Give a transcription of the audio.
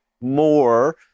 more